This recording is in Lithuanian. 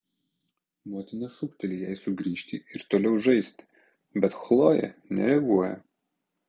motina šūkteli jai sugrįžti ir toliau žaisti bet chlojė nereaguoja